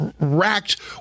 racked